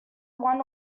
one